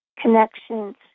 connections